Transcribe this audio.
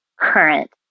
current